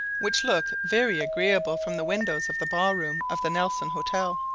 which looked very agreeable from the windows of the ball-room of the nelson hotel.